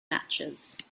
matches